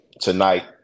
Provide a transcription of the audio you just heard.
tonight